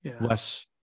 less